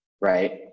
Right